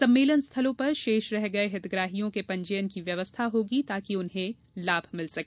सम्मेलन स्थलों पर शेष रह गये हितग्राहियों के पंजीयन की व्यवस्था होगी ताकि उन्हें लाभ मिल सके